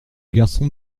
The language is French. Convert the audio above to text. garçon